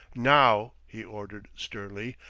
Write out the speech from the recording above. now, he ordered sternly,